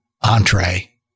entree